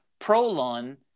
prolon